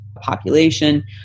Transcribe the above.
population